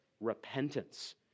repentance